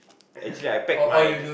actually I pack my